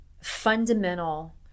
fundamental